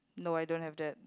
no I don't have that